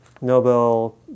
Nobel